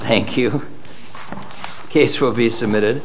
thank you case will be submitted